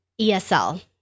esl